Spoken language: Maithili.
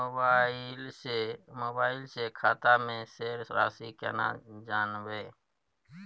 मोबाइल से खाता में शेस राशि केना जानबे?